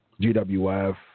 GWF